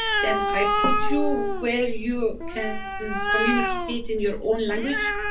then i put you, where you can communicate in your own language,